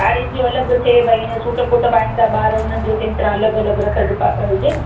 साड़ियुनि जो अलॻि थिए भई ईअं सूट कोट पाइनि था ॿार उन्हनि जो सही तरह अलॻि अलॻि रखियलु डिपा हुजे न